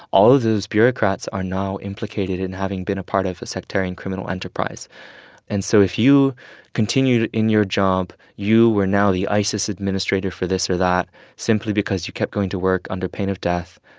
all of those bureaucrats are now implicated in having been a part of a sectarian criminal enterprise and so if you continued in your job, you were now the isis administrator for this or that simply because you kept going to work under pain of death.